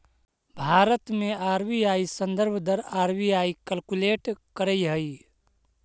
भारत में आर.बी.आई संदर्भ दर आर.बी.आई कैलकुलेट करऽ हइ